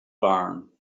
barn